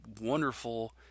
wonderful